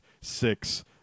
six